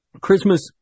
Christmas